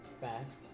fast